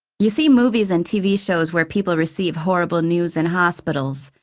you see movies and tv shows where people receive horrible news in hospitals,